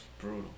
brutal